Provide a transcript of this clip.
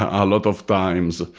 a lot of times.